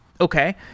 Okay